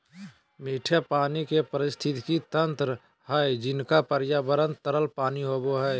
मीठे पानी के पारिस्थितिकी तंत्र हइ जिनका पर्यावरण तरल पानी होबो हइ